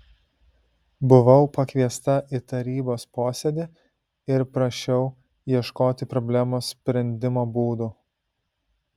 buvau pakviesta į tarybos posėdį ir prašiau ieškoti problemos sprendimo būdų